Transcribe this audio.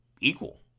equal